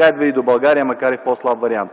идва и до България, макар и в по-слаб вариант.